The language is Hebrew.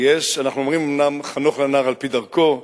אנחנו אומרים אומנם "חנוך לנער על-פי דרכו"